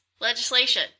legislation